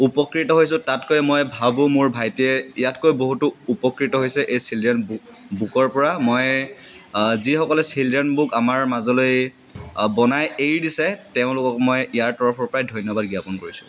উপকৃত হৈছোঁ তাতকৈ মই ভাবোঁ মোৰ ভাইটিয়ে ইয়াতকৈ বহুতো উপকৃত হৈছে এই চিলড্ৰেন বু বুকৰ পৰা মই যিসকলে চিলড্ৰেন বুক আমাৰ মাজলৈ বনাই এৰি দিছে তেওঁলোকক মই ইয়াৰ তৰফৰ পৰাই ধন্যবাদ জ্ঞাপন কৰিছোঁ